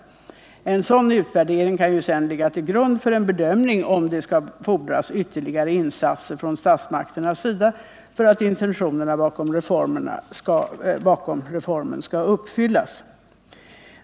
En sådan utvärdering kan sedan ligga till grund för en bedömning av om det fordras ytterligare insatser från statsmakternas sida för att intentionerna bakom reformen skall uppfyllas.